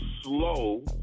slow